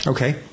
Okay